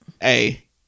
Hey